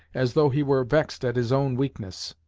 as though he were vexed at his own weakness.